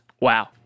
wow